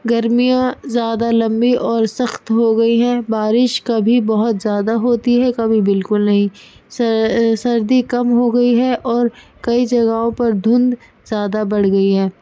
گرمیاں زیادہ لمبی اور سخت ہو گئی ہیں بارش کبھی بہت زیادہ ہوتی ہے کبھی بالکل نہیںر سردی کم ہو گئی ہے اور کئی جگہوں پر دھندھ زیادہ بڑھ گئی ہے